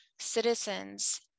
Citizens